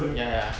ya ya